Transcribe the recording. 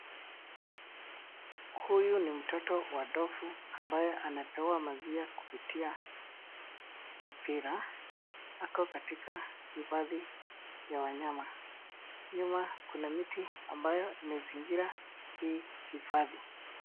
Huyu ni mtoto wa ndovu ambaye anapewa maziwa kupitia mpira. Ako katika hifadhi ya wanyama. Nyuma kuna miti ambayo imezingira hii hifadhi.